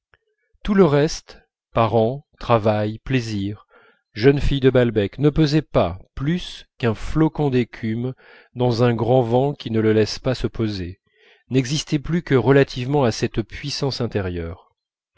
tout le reste parents travail plaisirs jeunes filles de balbec ne pesait pas plus qu'un flocon d'écume dans un grand vent qui ne le laisse pas se poser n'existait plus que relativement à cette puissance intérieure